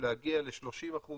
להגיע ל-30%